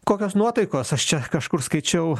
kokios nuotaikos aš čia kažkur skaičiau